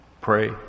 pray